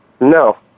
No